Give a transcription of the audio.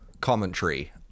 commentary